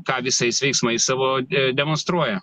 ką visais veiksmais savo demonstruoja